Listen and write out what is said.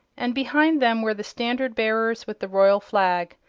and behind them were the standard bearers with the royal flag.